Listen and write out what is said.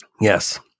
Yes